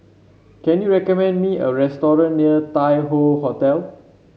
can you recommend me a restaurant near Tai Hoe Hotel